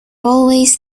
always